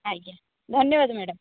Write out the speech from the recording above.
ଆଜ୍ଞା ଧନ୍ୟବାଦ ମ୍ୟାଡ଼ାମ୍